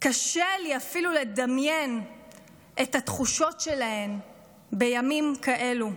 קשה לי אפילו לדמיין את התחושות שלהן בימים כאלו.